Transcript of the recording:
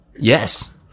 Yes